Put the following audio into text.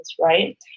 right